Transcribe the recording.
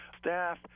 Staff